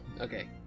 Okay